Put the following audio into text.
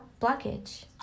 blockage